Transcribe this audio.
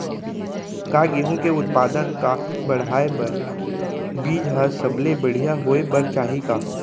का गेहूँ के उत्पादन का बढ़ाये बर बीज ह सबले बढ़िया होय बर चाही का?